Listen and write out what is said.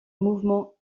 mouvement